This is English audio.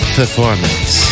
performance